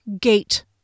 Gate